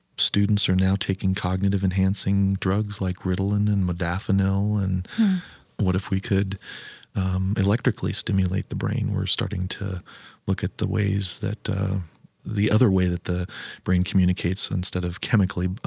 students are now taking cognitive-enhancing drugs like ritalin and modafinil. and what if we could electrically stimulate the brain? we're starting to look at the ways the other way that the brain communicates instead of chemically,